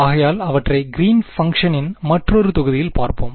ஆகையால் அவற்றை கிரீன் பன்க்ஷனின் மற்றோரு தொகுதியில் பார்ப்போம்